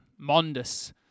mondus